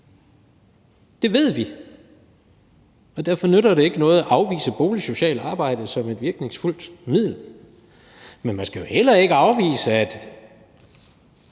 Det ved vi, og derfor nytter det ikke noget at afvise boligsocialt arbejde som et virkningsfuldt middel. Men man skal jo heller ikke afvise det,